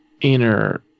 inner